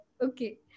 Okay